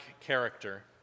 character